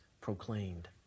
proclaimed